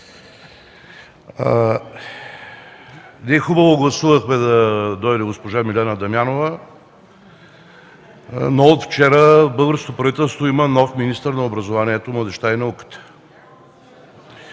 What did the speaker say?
Хубаво гласувахме да дойде госпожа Милена Дамянова, но от вчера българското правителство има нов министър на образованието, младежта и науката.